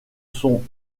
sont